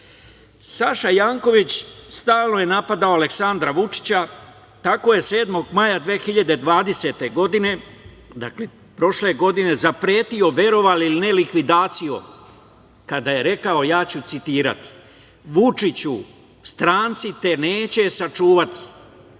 Janković stalno je napadao Aleksandra Vučića kako je 7. maja 2020. godine, prošle godine, zapretio, verovali ili ne, likvidacijom, kada je rekao, citiram: "Vučiću, stranci te neće sačuvati,